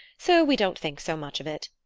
so we don't think so much of it.